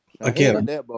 Again